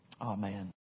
Amen